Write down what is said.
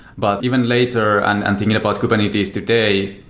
but even later and and thinking about kubernetes today,